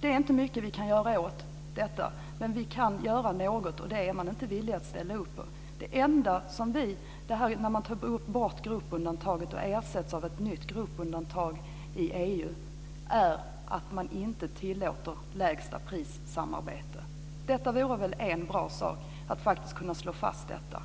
Det är inte mycket som vi kan göra åt detta, men vi kan göra något, och det är man inte villig att ställa upp på. Det enda som händer när det här gruppundantaget ersätts av ett nytt gruppundantag i EU är att man inte tillåter samarbete kring ett lägsta pris. Det vore väl en bra sak att faktiskt kunna slå fast detta